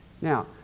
Now